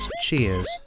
Cheers